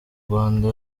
rwanda